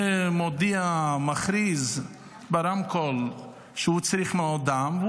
ומכריז ברמקול שהוא צריך מנות דם,